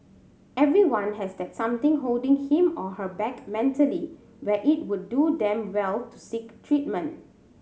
everyone has that something holding him or her back mentally where it would do them well to seek treatment